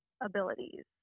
abilities